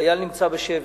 חייל נמצא בשבי,